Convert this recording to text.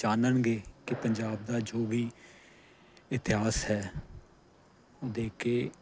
ਜਾਣਨਗੇ ਕਿ ਪੰਜਾਬ ਦਾ ਜੋ ਵੀ ਇਤਿਹਾਸ ਹੈ ਦੇਖ ਕੇ